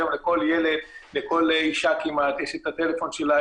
היום לכל ילד, לכל אשה כמעט יש את הטלפון שלה.